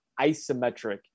isometric